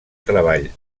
treball